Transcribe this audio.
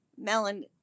melon